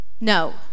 no